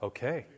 Okay